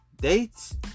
dates